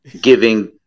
giving